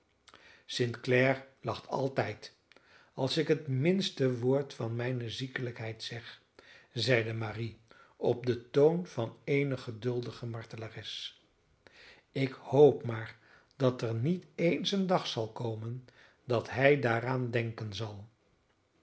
clare lacht altijd als ik het minste woord van mijne ziekelijkheid zeg zeide marie op den toon van eene geduldige martelares ik hoop maar dat er niet eens een dag zal komen dat hij daaraan denken zal